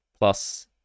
plus